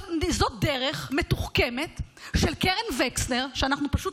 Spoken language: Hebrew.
זאת דרך מתוחכמת של קרן וקסנר, שאנחנו פשוט